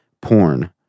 porn